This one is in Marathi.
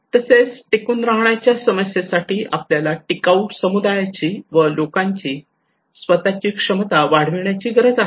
तसेच टिकून राहण्याच्या समस्येसाठी आपल्याला टिकाऊ समुदायाची व लोकांची स्वतःची क्षमता वाढवण्याची गरज आहे